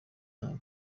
nta